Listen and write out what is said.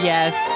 Yes